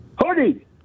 Hoodie